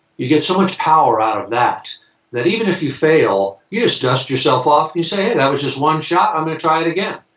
you get so much power out of that that even if you fail, you just dust yourself off you say, hey, that was just one shot. i'm gonna try it again.